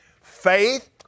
Faith